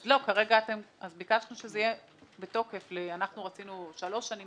אז ביקשנו שזה יהיה בתוקף אנחנו רצינו שלוש שנים,